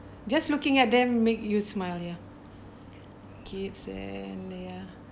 just looking at them make you smile ya kids and ya